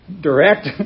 Direct